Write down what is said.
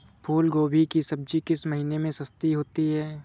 फूल गोभी की सब्जी किस महीने में सस्ती होती है?